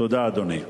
תודה, אדוני.